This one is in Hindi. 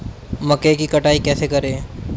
मक्का की कटाई कैसे करें?